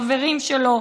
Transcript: חברים שלו,